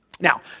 Now